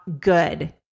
good